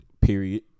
Period